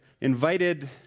invited